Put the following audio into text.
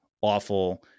awful